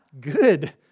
good